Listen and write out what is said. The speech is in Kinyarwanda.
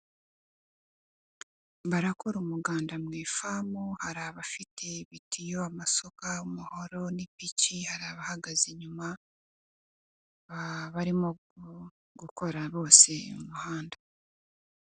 Barakora umuganda mu ifamu hari abafite ibitiyo, amasuka, umuhoro n'ipiki hari abahagaze inyuma barimo gukora bose umuhanda.